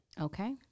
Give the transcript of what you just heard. Okay